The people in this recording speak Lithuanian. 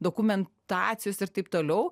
dokumentacijos ir taip toliau